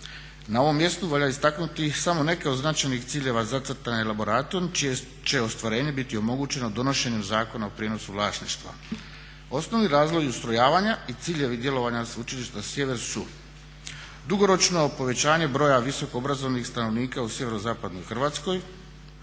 Na ovom mjestu valja istaknuti samo neke od značajnih ciljeva zacrtanih elaboratom čije će ostvarenje biti omogućeno donošenjem Zakona o prijenosu vlasništva. Osnovni razlozi ustrojavanja i ciljevi djelovanja Sveučilišta Sjever su: dugoročno povećanje broja visokoobrazovanih stanovnika u sjeverozapadnoj Hrvatskoj,